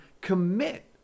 commit